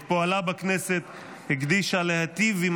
את פועלה בכנסת הקדישה להיטיב עם